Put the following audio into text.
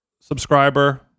subscriber